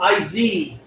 Iz